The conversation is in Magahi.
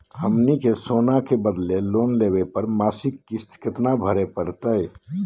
हमनी के सोना के बदले लोन लेवे पर मासिक किस्त केतना भरै परतही हे?